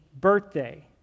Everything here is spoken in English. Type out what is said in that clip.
birthday